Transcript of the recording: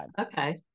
okay